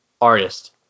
artist